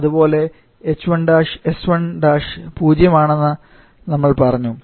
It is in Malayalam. അതുപോലെ h1 s1 പൂജ്യം ആണെന്ന് നമ്മൾ പറഞ്ഞു